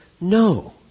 no